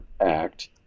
act